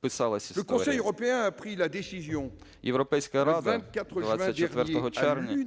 писалась історія. Європейська Рада 24 червня